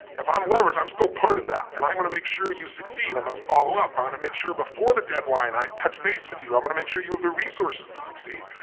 if i'm leverage, i'm still part of that and i'm gonna make sure you succeed. i'm gonna follow up, i'm gonna make sure before the deadline i touch base with you, i'm gonna make sure you have the resources to succeed.